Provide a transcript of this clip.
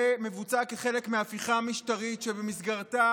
זה מבוצע כחלק מההפיכה המשטרית שבמסגרתה